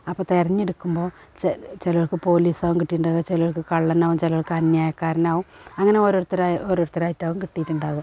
അപ്പം തിരഞ്ഞെടുക്കുമ്പോൾ ചെ ചിലർക്കു പോലീസാകും കിട്ടീണ്ടാക ചിലർക്ക് കള്ളനാകും ചിലർക്ക് അന്യായക്കാരനാകും അങ്ങനെ ഓരോരുത്തരായി ഓരോരുത്തരായിട്ടാകും കിട്ടിയിട്ടുണ്ടാകുക